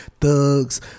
thugs